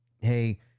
hey